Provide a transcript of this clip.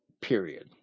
period